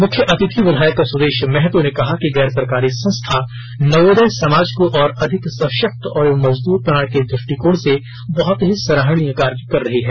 मुख्य अतिथि विधायक सुदेश महतो ने कहा कि गैरसरकारी संस्था नवोदय समाज को और अधिक सशक्त एवं मजबूत करने के दृष्टिकोण से बहत ही सराहनीय कार्य कर रही है